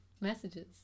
messages